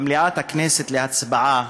במליאת הכנסת, להצבעה,